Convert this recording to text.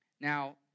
Now